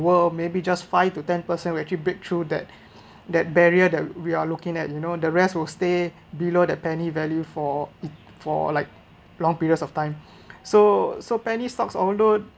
world maybe just five to ten percent will actually breakthrough that that barrier that we are looking at you know the rest will stay below that penny value for for like long periods of time so so penny stocks overload